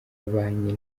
yabanye